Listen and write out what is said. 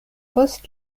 post